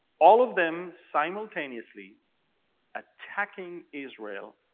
all of them simultaneously attacking israel,